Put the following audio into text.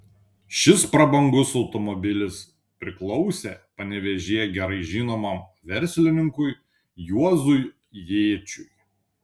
šis prabangus automobilis priklausė panevėžyje gerai žinomam verslininkui juozui jėčiui